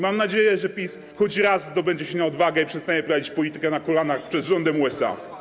Mam nadzieję, że PiS choć raz zdobędzie się na odwagę i przestanie prowadzić politykę na kolanach przed rządem USA.